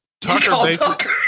Tucker